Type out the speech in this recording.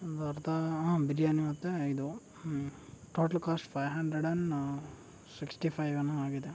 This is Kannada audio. ಒಂದು ಅರ್ಧ ಹಾಂ ಬಿರಿಯಾನಿ ಮತ್ತು ಇದು total cost five hundred and sixty five ಏನೋ ಆಗಿದೆ